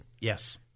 Yes